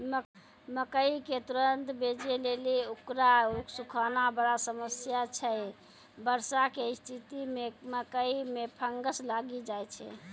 मकई के तुरन्त बेचे लेली उकरा सुखाना बड़ा समस्या छैय वर्षा के स्तिथि मे मकई मे फंगस लागि जाय छैय?